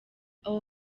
aho